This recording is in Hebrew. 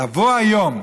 לבוא היום,